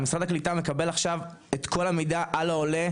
משרד הקליטה מקבל עכשיו את כל המידע על העולה,